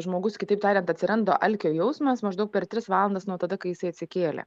žmogus kitaip tariant atsiranda alkio jausmas maždaug per tris valandas nuo tada kai jisai atsikėlė